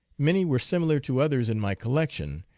many were similar to others in my collection,